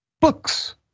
books